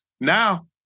Now